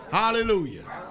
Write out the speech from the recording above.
hallelujah